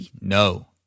no